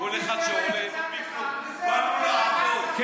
יש להם רק סלוגן, כל אחד שעולה: באנו לעבוד.